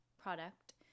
product